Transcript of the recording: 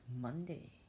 Monday